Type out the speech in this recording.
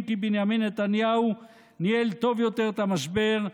כי בנימין נתניהו ניהל טוב יותר את המשבר,